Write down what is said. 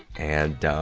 and, ah,